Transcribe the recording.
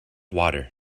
water